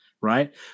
Right